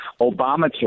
Obamacare